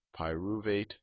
Pyruvate